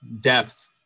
depth